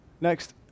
Next